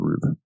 group